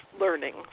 learning